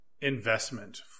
investment